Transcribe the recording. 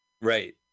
right